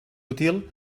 útil